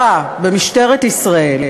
שפיר וחיליק בר,